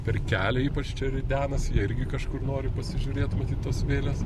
per kelią ypač ridenasi jie irgi kažkur nori pasižiūrėt matyt tas vėles